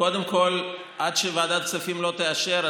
עד שוועדת כספים לא תאשר,